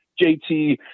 jt